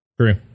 True